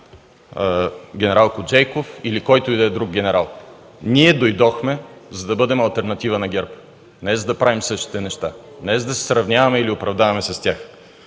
генерал Коджейков или който и да е друг генерал. Ние дойдохме, за да бъдем алтернатива на ГЕРБ, не за да правим същите неща, не за да се сравняваме или оправдаваме с тях.